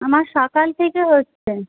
আমার সকাল থেকে হচ্ছে